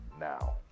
now